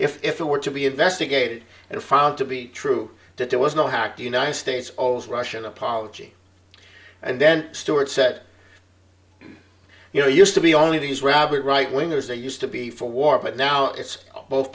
states if it were to be investigated and found to be true that there was no hack the united states all's russian apology and then stewart said you know used to be only these rabid right wingers they used to be for war but now it's both